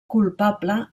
culpable